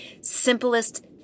simplest